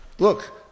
Look